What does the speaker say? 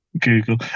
google